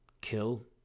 kill